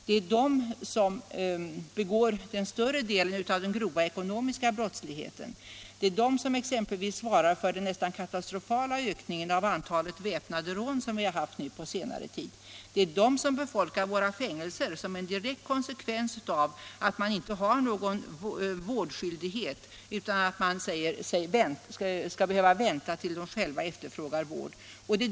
Det är de som begår den större delen av de grova ekonomiska brotten. Det är de som exempelvis svarar för den nästan katastrofala ökningen av antalet beväpnade rån på senare tid. Det är de som befolkar våra fängelser som en direkt konsekvens av att man inte har någon vårdskyldighet utan att det anses att man skall vänta tills de själva efterfrågar vård.